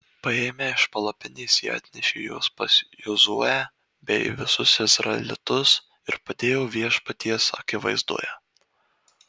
paėmę iš palapinės jie atnešė juos pas jozuę bei visus izraelitus ir padėjo viešpaties akivaizdoje